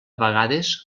vegades